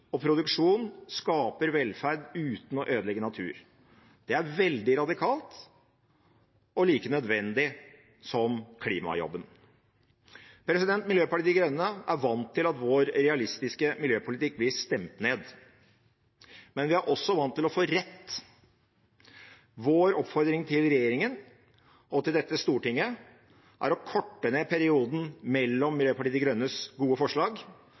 og produksjon skaper velferd uten å ødelegge natur. Det er veldig radikalt og like nødvendig som klimajobben. Miljøpartiet De Grønne er vant til at vår realistiske miljøpolitikk blir stemt ned. Men vi er også vant til å få rett. Vår oppfordring til regjeringen og til dette Stortinget er å korte ned perioden mellom Miljøpartiet De Grønnes gode forslag